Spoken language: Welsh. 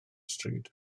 stryd